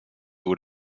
door